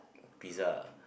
pizza